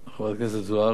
חברת הכנסת זוארץ,